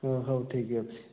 ହଁ ହଉ ଠିକ୍ ଅଛି